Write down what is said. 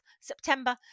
September